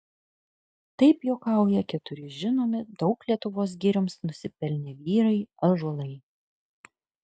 taip juokauja keturi žinomi daug lietuvos girioms nusipelnę vyrai ąžuolai